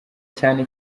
cyane